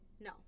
No